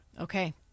Okay